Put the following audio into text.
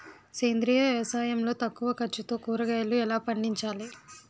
సేంద్రీయ వ్యవసాయం లో తక్కువ ఖర్చుతో కూరగాయలు ఎలా పండించాలి?